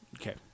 Okay